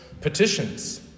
petitions